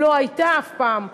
לא הייתה אף פעם,